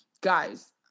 guys